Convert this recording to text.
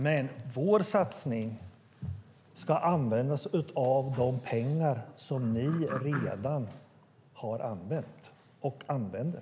Men i vår satsning ska vi använda oss av de pengar som ni redan har använt och använder.